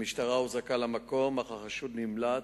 המשטרה הוזעקה למקום, אך החשוד נמלט.